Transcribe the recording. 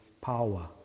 power